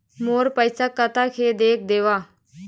मोर पैसा कतका हे देख देव?